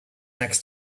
next